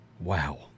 Wow